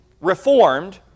Reformed